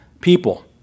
people